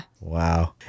Wow